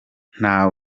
nta